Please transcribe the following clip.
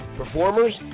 performers